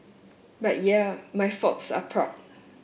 but yeah my folks are proud